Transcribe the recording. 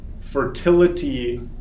fertility